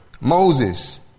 Moses